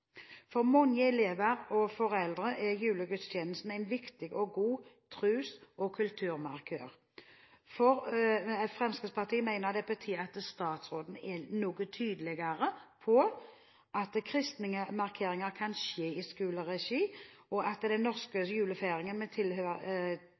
For mange elever og foreldre er julegudstjenesten en viktig og god tros- og kulturmarkør. Fremskrittspartiet mener det er på tide at statsråden er noe tydeligere på at kristne markeringer kan skje i skoleregi, og at den norske